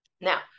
Now